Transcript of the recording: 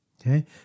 Okay